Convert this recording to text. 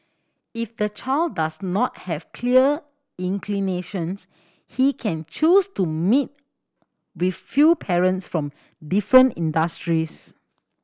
if the child does not have clear inclinations he can choose to meet with few parents from different industries